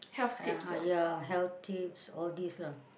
uh yeah healthy all these lah